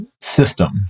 system